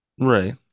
Right